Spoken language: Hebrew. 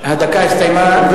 הדקה הסתיימה.